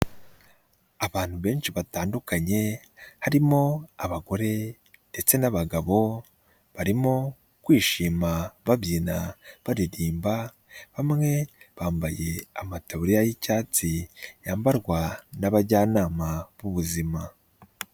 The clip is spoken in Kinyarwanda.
Abantu benshi batandukanye harimo abagore ndetse n'abagabo barimo kwishima babyina, baririmba, bamwe bambaye amataburiya y'icyatsi yambarwa n'abajyanama b'ubuzima.